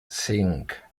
cinc